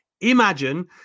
imagine